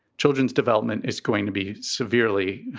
children's development is going to be severely.